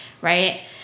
right